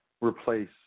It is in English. replace